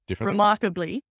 remarkably